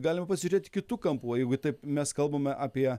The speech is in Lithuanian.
galima pasižiūrėti kitu kampu o jeigu taip mes kalbame apie